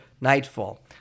nightfall